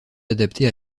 adaptés